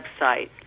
website